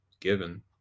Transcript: given